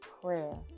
prayer